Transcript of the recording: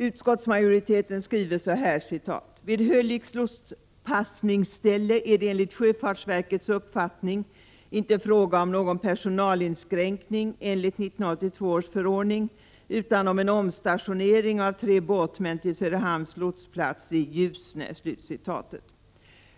Utskottsmajoriteten skriver så här: 109 ”Vid Hölicks lotspassningsställe är det enligt sjöfartsverkets uppfattning inte fråga om någon personalinskränkning enligt 1982 års förordning utan om en omstationering av tre båtsmän till Söderhamns lotsplats i Ljusne.”